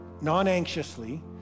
non-anxiously